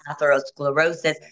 atherosclerosis